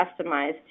customized